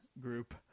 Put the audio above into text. group